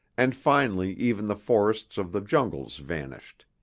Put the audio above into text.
and finally even the forests of the jungles vanished.